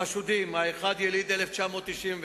החשודים, האחד יליד 1991,